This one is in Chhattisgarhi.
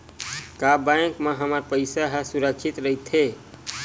का बैंक म हमर पईसा ह सुरक्षित राइथे?